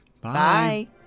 Bye